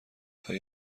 های